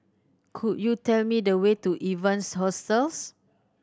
could you tell me the way to Evans Hostels